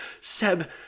Seb